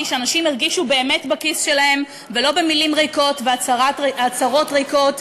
שאנשים הרגישו באמת בכיס שלהם ולא במילים ריקות ובהצהרות ריקות,